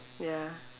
ya